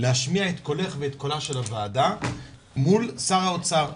להשמיע את קולך ואת קולה של הועדה מול שר האוצר,